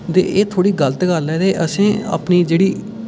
ते एह् थोड़ी गलत गल्ल ऐ ते असें अपनी जेह्ड़ी